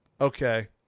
okay